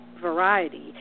variety